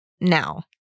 now